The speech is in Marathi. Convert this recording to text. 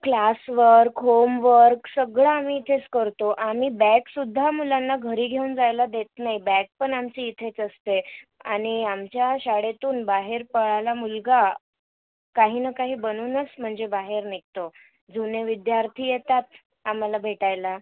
क्लास वर्क होमवर्क सगळं आम्ही इथेच करतो आम्ही बॅग सुद्धा मुलांना घरी घेऊन जायला देत नाही बॅग पण आमची इथेच असते आणि आमच्या शाळेतून बाहेर पडला मुलगा काही ना काही बनूनच म्हणजे बाहेर निघतो जुने विद्यार्थी येतात आम्हाला भेटायला